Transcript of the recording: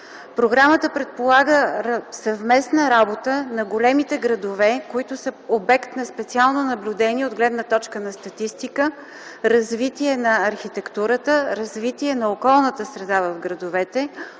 Програмата предполага съвместна работа на големите градове, които са обект на специално наблюдение от гледна точка на статистика, развитие на архитектурата, развитие на околната среда в градовете,